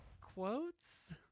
quotes